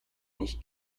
nicht